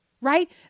Right